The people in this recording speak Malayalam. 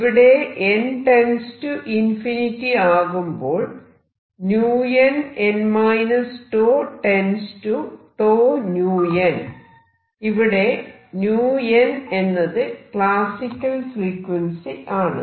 ഇവിടെ n →∞ ആകുമ്പോൾ ഇവിടെ 𝞶n എന്നത് ക്ലാസിക്കൽ ഫ്രീക്വൻസി ആണ്